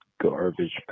garbage